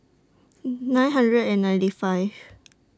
nine hundred and ninety five